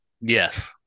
Yes